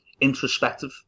introspective